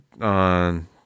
on